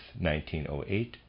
1908